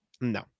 No